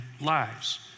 lives